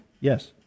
Yes